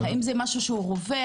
האם זה משהו שהוא רווח?